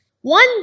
One